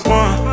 one